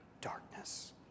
darkness